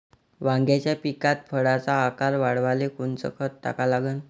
वांग्याच्या पिकात फळाचा आकार वाढवाले कोनचं खत टाका लागन?